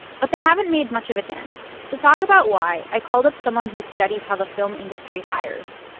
but they haven't made much of a dent. to talk about why, i called up someone who studies how the film industry hires,